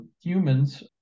humans